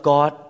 God